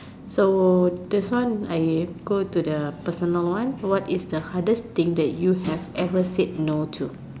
so this one I go to the personal one what is the hardest thing that you have ever said no to